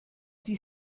die